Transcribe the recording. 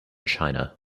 china